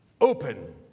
open